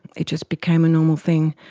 it just became a normal thing.